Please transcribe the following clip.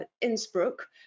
Innsbruck